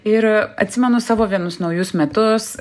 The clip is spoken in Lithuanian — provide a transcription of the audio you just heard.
ir atsimenu savo vienus naujus metus